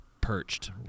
perched